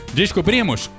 descobrimos